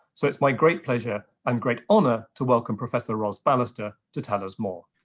so it's my great pleasure and great honor to welcome professor ros ballaster to tell us more.